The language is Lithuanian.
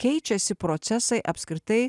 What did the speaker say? keičiasi procesai apskritai